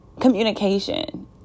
Communication